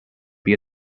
via